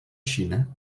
xina